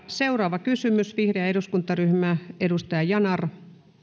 seuraava kysymys vihreä eduskuntaryhmä edustaja yanar